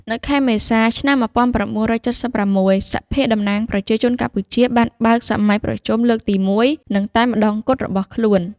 នៅខែមេសា ឆ្នាំ១៩៧៦ សភាតំណាងប្រជាជនកម្ពុជា បានបើកសម័យប្រជុំលើកទីមួយនិងតែម្ដងគត់របស់ខ្លួន។